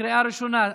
לקריאה ראשונה.